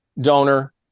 donor